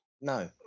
No